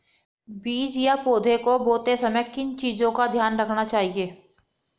बीज या पौधे को बोते समय किन चीज़ों का ध्यान रखना चाहिए?